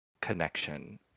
connection